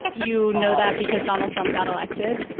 you know that because donald trump got elected.